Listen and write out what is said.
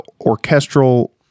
orchestral